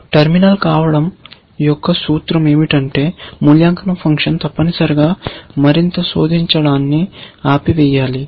terminal కావడం యొక్క సూత్రం ఏమిటంటే మూల్యాంకన ఫంక్షన్ తప్పనిసరిగా మరింత శోధించడాన్ని ఆపివేయాలి